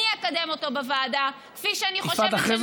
אני אקדם אותו בוועדה כפי שאני חושבת שנכון שהוא יהיה,